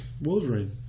Wolverine